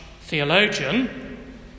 theologian